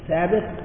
Sabbath